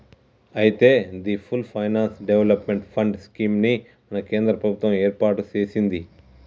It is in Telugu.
అయితే the full finance development fund scheme ని మన కేంద్ర ప్రభుత్వం ఏర్పాటు సెసింది